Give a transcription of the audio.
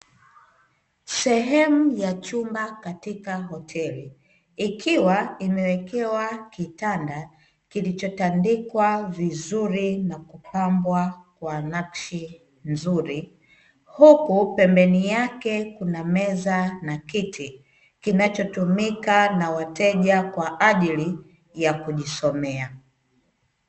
Sehemu ya chumba katika hoteli ikiwa imewekewa kitanda kilichotandikwa vizuri na kupambwa kwa nakshi nzuri. Huku pembeni yake kuna meza na kiti kinachotumika na wateja kwa ajili ya kujisomea.